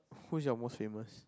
who is your most famous